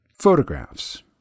photographs